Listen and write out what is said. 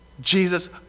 Jesus